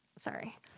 sorry